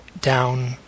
down